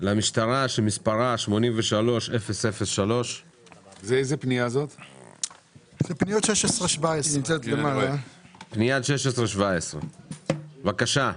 למשטרה שמספרה 83003. פניות 16, 17. בבקשה,